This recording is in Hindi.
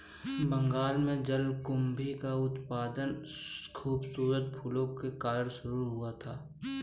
बंगाल में जलकुंभी का उत्पादन खूबसूरत फूलों के कारण शुरू हुआ था